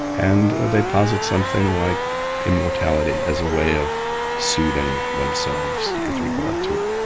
and they posit something like immortality as a way of soothing themselves with regard to it.